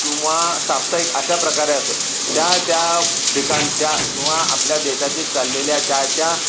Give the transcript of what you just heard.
किंवा साप्ताहिक अशा प्रकारे असं त्या त्या ठिकाणच्या किंवा आपल्या देशातील चाललेल्या त्या त्या